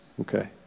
Okay